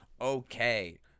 okay